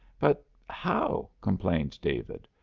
but how? complained david.